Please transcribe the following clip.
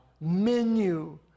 menu